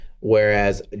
Whereas